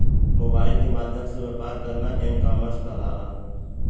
mobile के माध्यम से व्यापार करना एम कॉमर्स कहलाला